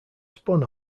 spun